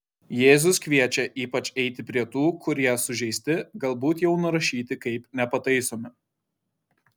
jėzus kviečia ypač eiti prie tų kurie sužeisti galbūt jau nurašyti kaip nepataisomi